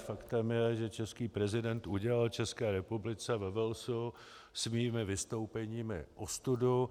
Faktem je, že český prezident udělal České republice ve Walesu svými vystoupeními ostudu.